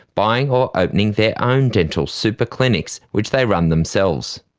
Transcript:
buying or opening their own dental super-clinics which they run themselves.